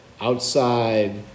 outside